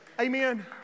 Amen